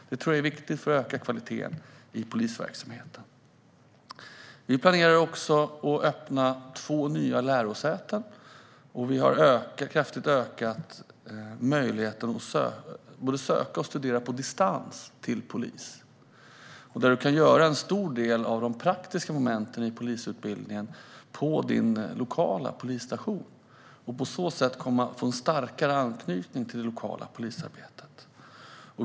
Detta tror jag är viktigt för att öka kvaliteten i polisverksamheten. Vi planerar också att öppna två nya lärosäten, och vi har kraftigt ökat möjligheten att både söka och studera på distans till polis. En stor del av de praktiska momenten i polisutbildningen kan nu göras på den lokala polisstationen. På så sätt blir anknytningen till det lokala polisarbetet starkare.